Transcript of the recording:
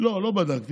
לא, לא בדקתי.